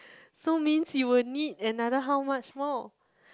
so means you would need another how much more